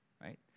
right